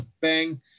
bang